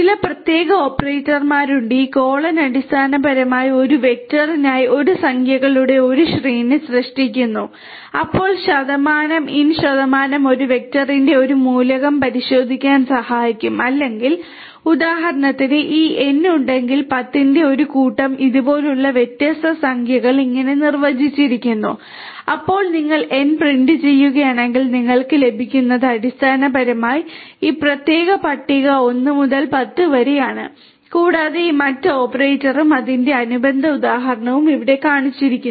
ചില പ്രത്യേക ഓപ്പറേറ്റർമാരുണ്ട് ഈ കോളുൻ അടിസ്ഥാനപരമായി ഒരു വെക്റ്ററിനായി ഒരു സംഖ്യകളുടെ ഒരു ശ്രേണി സൃഷ്ടിക്കുന്നു അപ്പോൾ ശതമാനം ഇൻ ശതമാനം ഒരു വെക്റ്ററിന്റെ ഒരു മൂലകം പരിശോധിക്കാൻ സഹായിക്കും അല്ലെങ്കിൽ ഉദാഹരണത്തിന് ഈ N ഉണ്ടെങ്കിൽ 10 ന്റെ ഒരു കൂട്ടം ഇതുപോലുള്ള വ്യത്യസ്ത സംഖ്യകൾ ഇങ്ങനെ നിർവ്വചിച്ചിരിക്കുന്നു അപ്പോൾ നിങ്ങൾ N പ്രിന്റ് ചെയ്യുകയാണെങ്കിൽ നിങ്ങൾക്ക് ലഭിക്കുന്നത് അടിസ്ഥാനപരമായി ഈ പ്രത്യേക പട്ടിക 1 മുതൽ 10 വരെയാണ് കൂടാതെ ഈ മറ്റ് ഓപ്പറേറ്ററും അതിന്റെ അനുബന്ധ ഉദാഹരണവും ഇവിടെ കാണിച്ചിരിക്കുന്നു